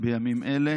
בימים אלה.